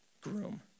groom